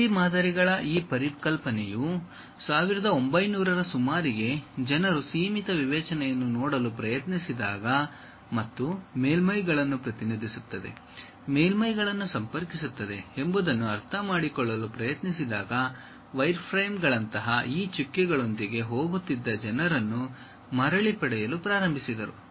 ತಂತಿ ಮಾದರಿಗಳ ಈ ಪರಿಕಲ್ಪನೆಯು 1900 ರ ಸುಮಾರಿಗೆ ಜನರು ಸೀಮಿತ ವಿವೇಚನೆಯನ್ನು ನೋಡಲು ಪ್ರಯತ್ನಿಸಿದಾಗ ಮತ್ತು ಮೇಲ್ಮೈಗಳನ್ನು ಪ್ರತಿನಿಧಿಸುತ್ತದೆ ಮೇಲ್ಮೈಗಳನ್ನು ಸಂಪರ್ಕಿಸುತ್ತದೆ ಎಂಬುದನ್ನು ಅರ್ಥಮಾಡಿಕೊಳ್ಳಲು ಪ್ರಯತ್ನಿಸಿದಾಗ ವೈರ್ಫ್ರೇಮ್ಗಳಂತಹ ಈ ಚುಕ್ಕೆಗಳೊಂದಿಗೆ ಹೋಗುತ್ತಿದ್ದ ಜನರನ್ನು ಮರಳಿ ಪಡೆಯಲು ಪ್ರಾರಂಭಿಸಿದರು